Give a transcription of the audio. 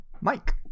Mike